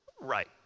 Right